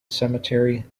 cemetery